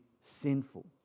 sinful